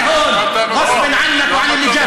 אני כאן על אפך וחמתך.